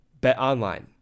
BetOnline